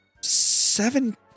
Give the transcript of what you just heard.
seven